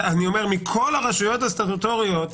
מכל הרשויות הסטטוטוריות,